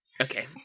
Okay